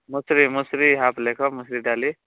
ମସୁରି ମସୁରି ହାପ୍ ଲେଖ ମସୁରି ଡାଲି